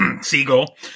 Seagull